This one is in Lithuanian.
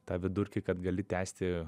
tą vidurkį kad gali tęsti